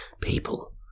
people